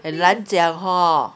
很难讲 hor